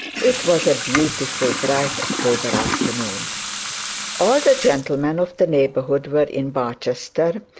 it was a beautifully bright october afternoon all the gentlemen of the neighbourhood were in barchester,